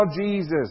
Jesus